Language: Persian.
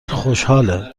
خوشحاله